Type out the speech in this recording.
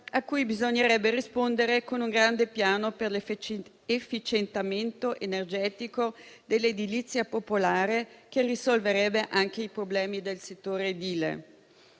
a cui bisognerebbe rispondere con un grande piano per l'efficientamento energetico dell'edilizia popolare, che risolverebbe anche i problemi del settore edile.